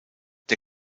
der